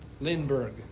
Lindbergh